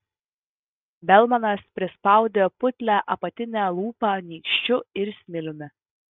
belmanas prispaudė putlią apatinę lūpą nykščiu ir smiliumi